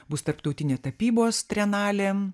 bus tarptautinė tapybos trienalė